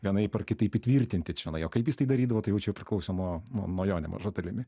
vienaip ar kitaip įtvirtinti čionai o kaip jis tai darydavo tai jau čia priklauso nuo nuo nuo jo nemaža dalimi